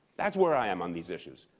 that's where i am on these issues.